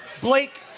Blake